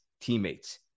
teammates